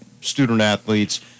student-athletes